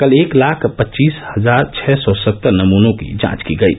कल एक लाख पच्चीस हजार छः सौ सत्तर नमूनों की जांच की गयी